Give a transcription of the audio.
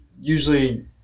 usually